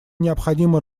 необходимо